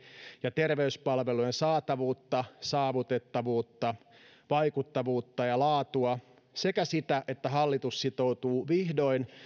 ja terveyspalvelujen saatavuutta saavutettavuutta vaikuttavuutta ja laatua sekä sitä että hallitus sitoutuu vihdoin